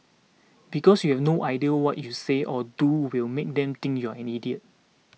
because you have no idea what you say or do will make them think you're an idiot